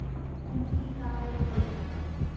पूंजी का होथे?